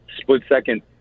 split-second